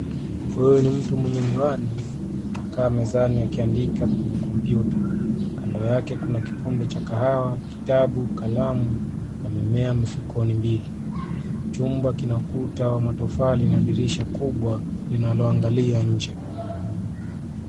Huyu ni mtu mwenye miwani. Amekaa mezani akiandika kwenye kompyuta. Kando yake kuna kikombe cha kahawa, kitabu ,kalamu na mimea mifukoni mbili. Chumba kina ukuta wa matofali na dirisha kubwa linaloangalia nje.